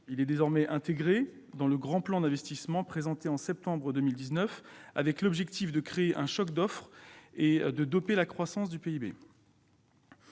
3 est désormais intégré dans le Grand plan d'investissement présenté au mois de septembre dernier, avec pour objectif de créer un choc d'offre et de doper la croissance du PIB.